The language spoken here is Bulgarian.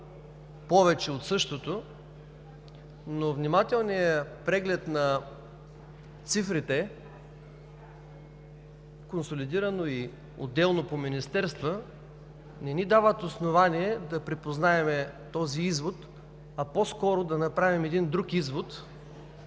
повече от същото. Внимателният преглед на цифрите – консолидирано и отделно по министерства, не ни дават основание да припознаем този извод, а по-скоро да направим друг извод,